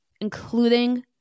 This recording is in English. including